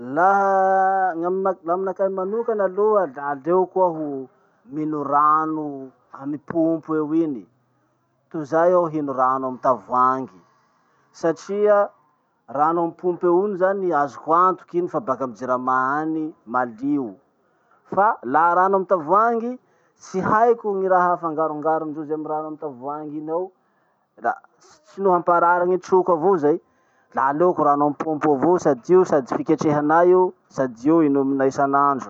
Laha gn'ami- gn'aminakahy manokana aloha la aleoko aho mino rano amy pompy eo iny tozay aho hino rano amy tavoangy. Satria rano amy pompy eo iny zany azo antoky iny fa baka amy JIRAMA any, malio. Fa laha rano amy tavoangy, tsy haiko gny raha afangarongarondrozy amy rano amy tavoangy iny ao. Da, ts- tsy no hamparary ny troko avao zay, la aleoko rano amy pompy eo avao sady io sady fiketrehanay io, sady io inominay isanandro.